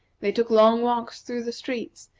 they took long walks through the streets,